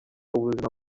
ubuzima